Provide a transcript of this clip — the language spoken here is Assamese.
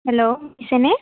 হেল্ল' শুনিছেনে